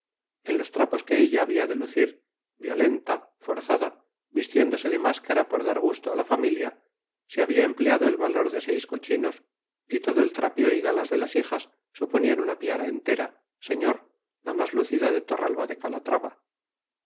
en los trapos que ella había de lucir violenta forzada vistiéndose de máscara por dar gusto a la familia se había empleado el valor de seis cochinos y todo el trapío y galas de las hijas suponían una piara entera señor la más lucida de torralba de calatrava